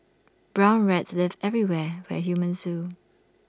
brown rats live everywhere where humans do